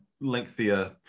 lengthier